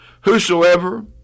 whosoever